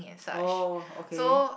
oh okay